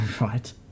right